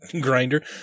grinder